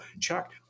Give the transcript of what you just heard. Chuck